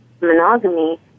monogamy